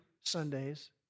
Sundays